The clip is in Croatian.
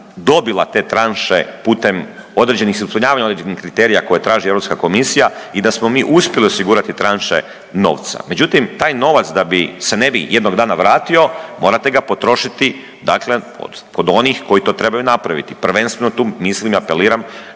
dobila te tranše putem određenih ispunjavanja određenih kriterija koje traži Europska komisija i da smo mi uspjeli osigurati tranše novca. Međutim, taj novac da bi se ne bi jednog dana vratio morate ga potrošiti kod onih koji to trebaju napraviti, prvenstveno tu mislim i apeliram